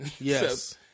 Yes